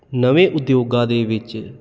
ਨਵੇਂ ਉਦਯੋਗਾਂ ਦੇ ਵਿੱਚ